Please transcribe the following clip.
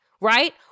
right